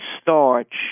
starch